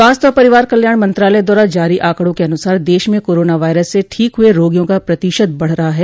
स्वास्थ्य और परिवार कल्याण मंत्रालय द्वारा जारी आंकडों के अनुसार देश में कोरोना वायरस से ठीक हुए रोगियों का प्रतिशत बढ रहा है